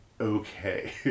okay